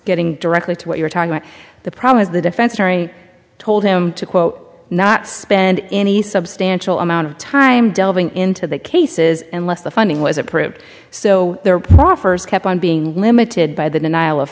getting directly to what you're talking about the problem is the defense attorney told him to quote not spend any substantial amount of time delving into that cases unless the funding was approved so their offers kept on being limited by the denial of